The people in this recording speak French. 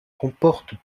comportent